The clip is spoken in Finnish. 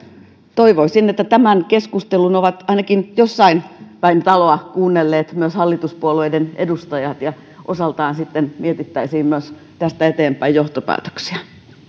toivoisin että tämän keskustelun ovat ainakin jossain päin taloa kuunnelleet myös hallituspuolueiden edustajat ja osaltaan sitten mietittäisiin myös tästä eteenpäin johtopäätöksiä